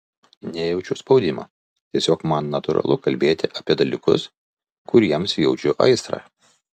nejaučiu spaudimo tiesiog man natūralu kalbėti apie dalykus kuriems jaučiu aistrą